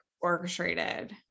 orchestrated